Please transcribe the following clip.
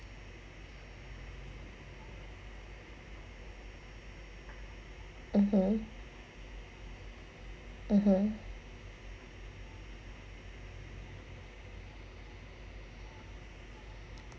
(uh huh) (uh huh)